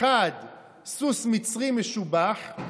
אחד סוס מצרי משובח,